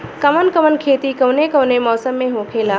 कवन कवन खेती कउने कउने मौसम में होखेला?